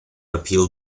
appealed